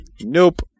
Nope